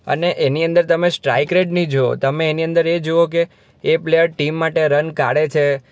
અને એની અંદર તમે સ્ટ્રાઈક રેટ નહીં જોવો તમે એની અંદર એ જોવો કે એ પ્લેયર ટીમ માટે રન કાઢે છે